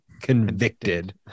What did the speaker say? convicted